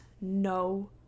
no